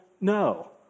No